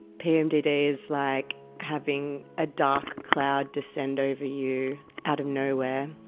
pmdd is like having a dark cloud descend over you out of nowhere,